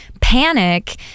panic